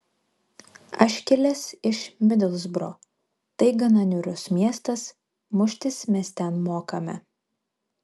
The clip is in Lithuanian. aš kilęs iš midlsbro tai gana niūrus miestas muštis mes ten mokame